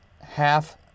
half